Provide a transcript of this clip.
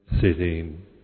Sitting